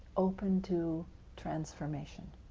open to transformation.